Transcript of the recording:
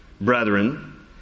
brethren